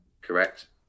Correct